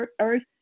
earth